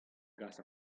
gas